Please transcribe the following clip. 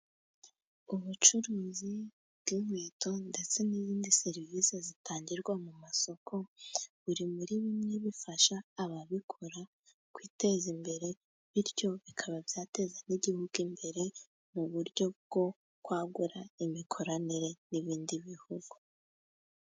Ubucuruzi bw'inkweto ndetse n'izindi serivisi zitangirwa mu masoko, buri muri bimwe bifasha ababikora kwiteza imbere, bityo bikaba byateza n'igihugu imbere, mu buryo bwo kwagura imikoranire n'ibindi bihugu.